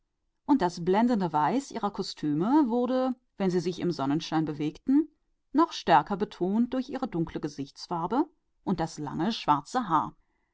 und die blendende weiße ihrer kostüme wurde wenn sie sich im sonnenlicht bewegten noch gehoben durch ihre schwarzbraunen gesichter und ihr langes dunkles haar